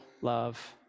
love